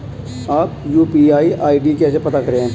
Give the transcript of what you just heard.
अपना UPI ID कैसे पता करें?